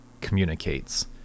communicates